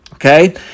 Okay